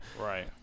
Right